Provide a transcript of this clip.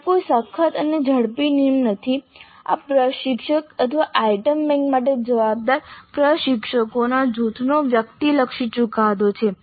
ત્યાં કોઈ સખત અને ઝડપી નિયમ નથી આ પ્રશિક્ષક અથવા આઇટમ બેંક માટે જવાબદાર પ્રશિક્ષકોના જૂથનો વ્યક્તિલક્ષી ચુકાદો છે